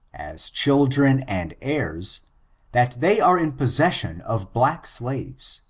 as children and heirs that they are in possession of black slaves,